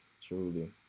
Truly